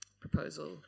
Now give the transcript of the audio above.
proposal